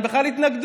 הם בכלל התנגדו,